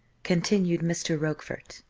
continued mr. rochfort,